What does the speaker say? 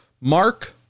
Mark